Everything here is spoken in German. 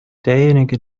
derjenige